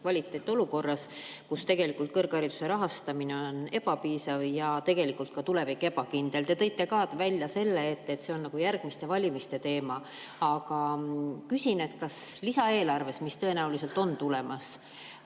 kvaliteet olukorras, kus kõrghariduse rahastamine on ebapiisav ja tegelikult ka tulevik ebakindel. Te tõite välja ka selle, et see on nagu järgmiste valimiste teema. Aga küsin, kas lisaeelarves, mis tõenäoliselt on tulemas,